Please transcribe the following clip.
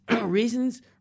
reasons